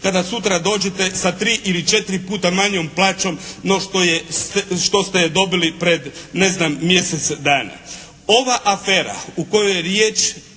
kada sutra dođete sa tri ili četiri puta manjom plaćom no što ste je dobili pred ne znam mjesec dana. Ova afera o kojoj je riječ